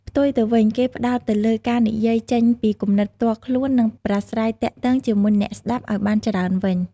ផ្ទុយទៅវិញ គេផ្តោតទៅលើការនិយាយចេញពីគំនិតផ្ទាល់ខ្លួន និងប្រាស្រ័យទាក់ទងជាមួយអ្នកស្ដាប់ឱ្យបានច្រើនវិញ។